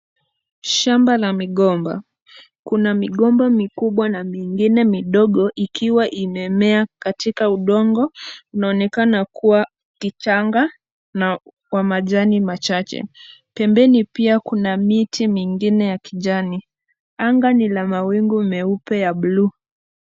Shamba la migomba. Kuna migomba mikubwa na mingine midogo, ikiwa imemea katika udongo, unaonekana kuwa kichanga na wa majani machache. Pembeni pia kuna miti mingine ya kijani. Anga ni la mawingu meupe ya buluu.